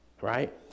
right